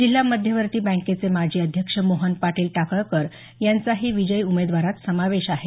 जिल्हा मध्यवर्ती बँकेचे माजी अध्यक्ष मोहन पाटील टाकळकर यांचाही विजयी उमेदवारात समावेश आहे